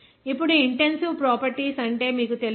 ఇప్పుడు intensive properties అంటే మీకు తెలుసా